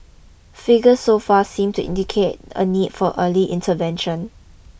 figures so far seem to indicate a need for early intervention